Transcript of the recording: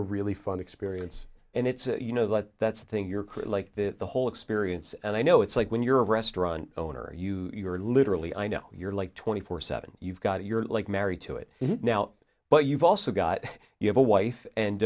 a really fun experience and it's you know what that's the thing your crew like that the whole experience and i know it's like when you're a restaurant owner you're literally i know you're like twenty four seven you've got a you're like married to it now but you've also got you have a wife and